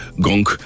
gunk